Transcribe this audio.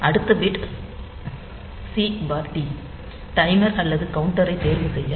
அடுத்த bit C T timer அல்லது counter ஐ தேர்வு செய்ய